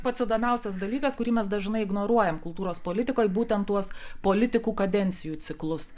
pats įdomiausias dalykas kurį mes dažnai ignoruojam kultūros politikoj būtent tuos politikų kadencijų ciklus